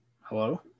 Hello